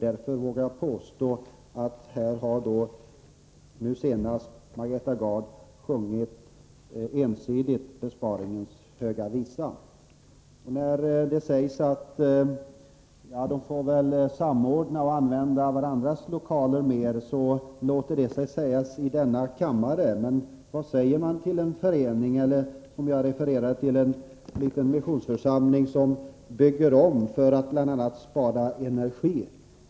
Därför vågar jag påstå att Margareta Gard ensidigt har sjungit besparingens höga visa. När moderaterna säger att man får samordna och använda varandras lokaler mer, låter det sig ju sägas i denna kammare, men vad säger man till en förening eller, som jag refererade till, en liten missionsförsamling som bygger om för att bl.a. spara energi.